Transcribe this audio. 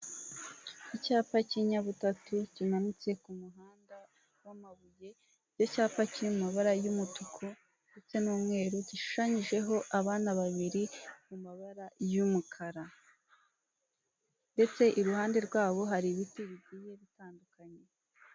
Icyapa cy'inyabutatu kimanitse ku muhanda w'amabuye icyo cyapa kiri mu mabara y'umutuku ndetse n'umweru gishushanyijeho abana babiri mu mabara y'umukara ndetse iruhande rwabo hari ibiti bigiye bitandukanye.